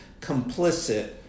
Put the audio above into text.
complicit